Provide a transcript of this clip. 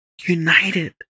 united